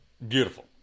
Beautiful